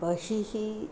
बहिः